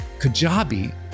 Kajabi